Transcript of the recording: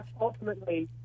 ultimately